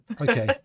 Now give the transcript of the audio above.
Okay